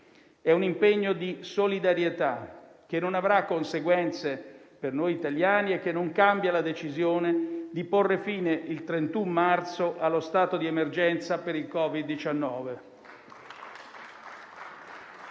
È un impegno di solidarietà che non avrà conseguenze per noi italiani e che non cambia la decisione di porre fine il 31 marzo allo stato di emergenza per il Covid-19.